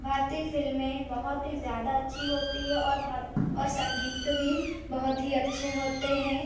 भारतीय फ़िल्में बहुत ही ज़्यादा अच्छी होती है और भारत और संगीत भी बहुत ही अच्छे होते हैं